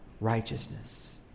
righteousness